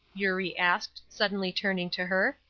eurie asked, suddenly turning to her.